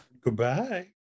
goodbye